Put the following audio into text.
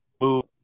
move